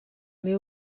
mais